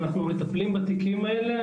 מטפלים בתיקים האלה,